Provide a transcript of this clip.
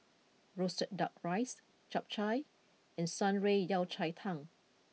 Roasted Duck Riced Chap Chai and Shan Rui Yao Cai Tang